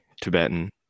Tibetan